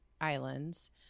islands